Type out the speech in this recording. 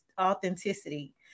authenticity